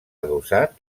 adossat